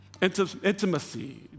intimacy